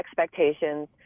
expectations